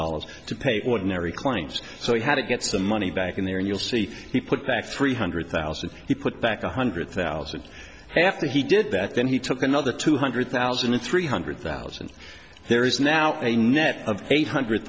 dollars to pay what mary claims so he had to get some money back in there and you'll see he put back three hundred thousand he put back one hundred thousand after he did that then he took another two hundred thousand and three hundred thousand there is now a net of eight hundred